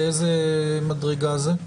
באיזו מדרגה זה?